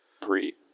pre